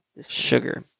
sugar